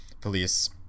police